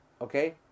Okay